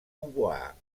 pouvoir